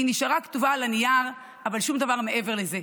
היא נשארה כתובה על הנייר, אבל שום דבר מעבר לזה.